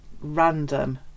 random